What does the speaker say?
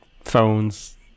phones